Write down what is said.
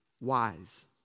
wise